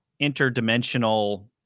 interdimensional